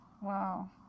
Wow